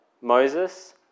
Moses